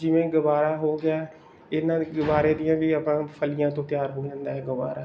ਜਿਵੇਂ ਗਵਾਰਾ ਹੋ ਗਿਆ ਇਹਨਾਂ ਗਵਾਰੇ ਦੀਆਂ ਵੀ ਆਪਾਂ ਫਲੀਆਂ ਤੋਂ ਤਿਆਰ ਹੋ ਜਾਂਦਾ ਹੈ ਗਵਾਰਾ